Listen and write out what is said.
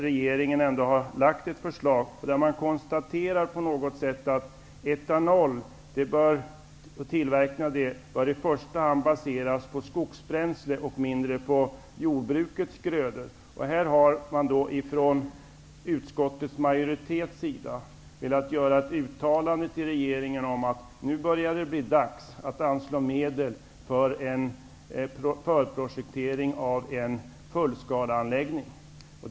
Regeringen har lagt fram ett förslag där det konstateras att etanoltillverkningen i första hand bör baseras på skogsbränsle och mindre på jordbrukets grödor. Utskottets majoritet har velat göra ett uttalande till regeringen om att det nu börjar bli dags att anslå medel för en förprojektering av en fullskaleanläggning.